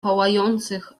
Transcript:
pałających